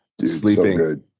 sleeping